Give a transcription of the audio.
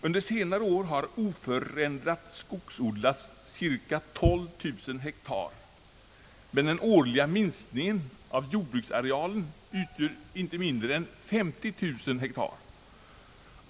Under senare år har oförändrat skogsodlats cirka 12000 hektar, men den årliga minskningen av jordbruksarealen utgör inte mindre än 50 000 hektar.